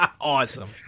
awesome